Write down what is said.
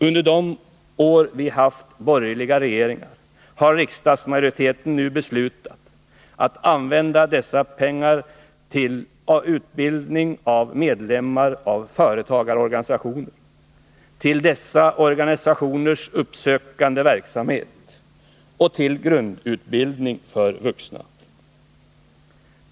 Under de år vi haft borgerliga regeringar har riksdagsmajoriteten nu beslutat att använda dessa pengar till utbildning av medlemmar av företagarorganisationerna, till dessa organisationers uppsökande verksamhet och till grundutbildning för vuxna.